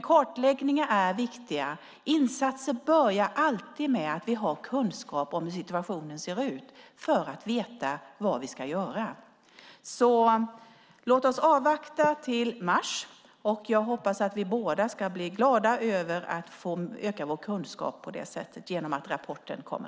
Kartläggningar är viktiga. Insatser börjar alltid med att vi har kunskap om hur situationen ser ut för att veta vad vi ska göra. Låt oss avvakta till mars. Jag hoppas att vi båda gläds åt att få öka vår kunskap genom rapporten när den kommer.